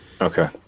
okay